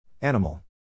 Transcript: Animal